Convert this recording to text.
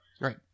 Right